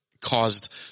caused